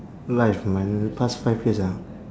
life my past five years ah